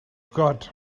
gott